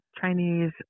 Chinese